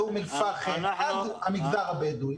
באום אל פאחם עד המגזר הבדואי.